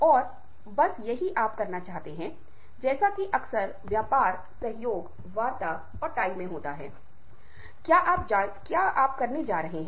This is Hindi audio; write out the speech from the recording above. और गलतफहमी जो संभवत हो सकती है वह एक तरह से रुक जाती है